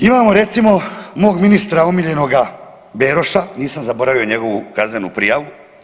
Imamo recimo mog ministra omiljenoga Beroša, nisam zaboravio njegovu kaznenu prijavu.